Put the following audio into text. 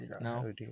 No